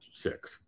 Six